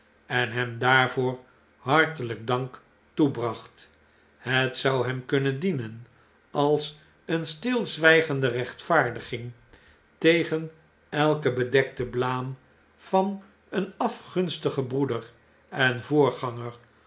en hem daarvoor hartelijken dank toebracht het zou hem kunnen dienen als een stuzwygende rechtvaardiging tegen elke bedekte blaam van een afgunstigen broeder en voorganger